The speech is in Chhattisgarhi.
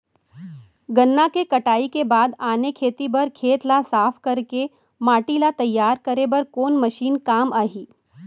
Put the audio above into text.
गन्ना के कटाई के बाद आने खेती बर खेत ला साफ कर के माटी ला तैयार करे बर कोन मशीन काम आही?